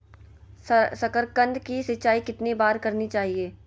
साकारकंद की सिंचाई कितनी बार करनी चाहिए?